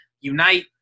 unite